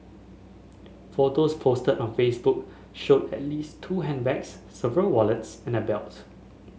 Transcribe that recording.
photos posted on Facebook showed at least two handbags several wallets and a belt